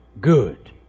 good